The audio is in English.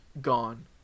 gone